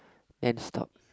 and stop